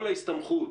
כל ההסתמכות